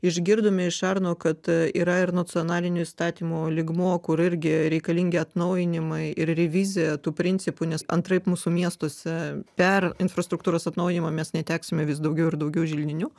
išgirdome iš arno kad yra ir nacionalinių įstatymų lygmuo kur irgi reikalingi atnaujinimai ir revizija tų principų nes antraip mūsų miestuose per infrastruktūros atnaujinimą mes neteksime vis daugiau ir daugiau želdinių